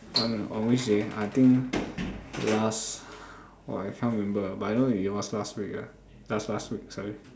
on on which day I think last !wah! I can't remember but I know it was last week ah last last week sorry